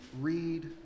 read